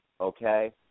okay